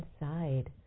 inside